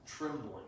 Trembling